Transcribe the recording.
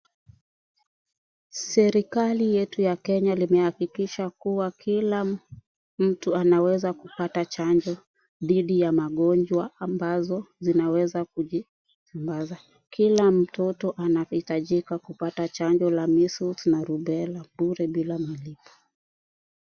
Serikali yetu ya Kenya limehakikisha kuwa kila mtu anaweza kupata chanjo dhidhi ya magonjwa ambazo zinaweza kupata. Kila mtoto anahitajika kupata chanjo la Measles na Rubela bure bila malipo.